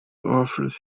offered